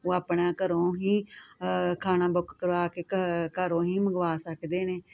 ਉਹ ਆਪਣਾ ਘਰੋਂ ਹੀ ਖਾਣਾ ਬੁੱਕ ਕਰਵਾ ਕੇ ਕ ਘਰੋਂ ਹੀ ਮੰਗਵਾ ਸਕਦੇ ਨੇ